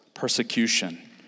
Persecution